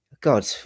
God